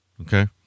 Okay